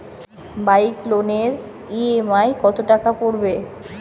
Bike লোনের EMI কত টাকা পড়বে?